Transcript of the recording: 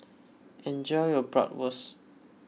enjoy your Bratwurst